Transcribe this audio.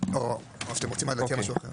או שאתם רוצים להציע משהו אחר?